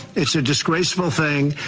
it's a disgraceful thing.